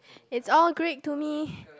it's all great to me